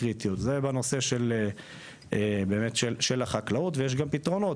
קריטיות, זה בנושא החקלאות ויש לזה גם פתרונות.